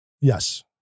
Yes